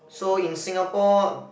so in Singapore